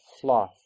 fluff